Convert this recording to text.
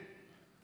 כן.